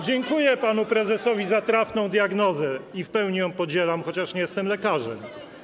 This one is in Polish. Dziękuję panu prezesowi za trafną diagnozę i w pełni ją podzielam, chociaż nie jestem lekarzem.